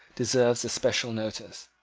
deserves especial notice.